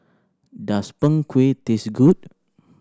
does Png Kueh taste good